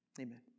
Amen